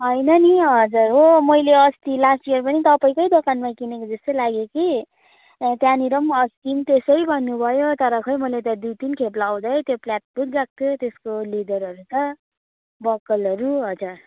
होइन नि हजुर हो मैले अस्ति लास्ट इयर पनि तपाईँकै दोकानमा किनेको जस्तो लाग्यो कि त्यहाँनिर पनि अस्ति पनि त्यसै भन्नु भयो तर खै मैले त दुई तिन खेप लगाउँदै त्यो प्ल्यातपुत गएको थियो त्यसको लेदरहरू त बक्कलहरू हजुर